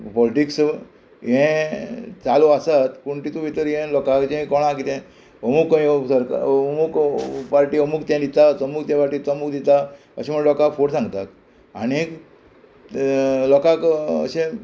politics हें चालू आसाच पूण तितू भितर हे लोकांचे कोणा कितें अमूक यो सरकार अमूक पार्टी अमूक तें दिता अमूक ते पार्टी तमूक दिता अशें म्हण लोकांक फोट सांगतात आनीक लोकांक अशें